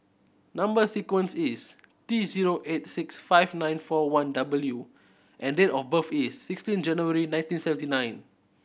number sequence is T zero eight six five nine four one W and date of birth is sixteen January nineteen seventy nine